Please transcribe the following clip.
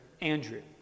Andrew